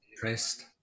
pressed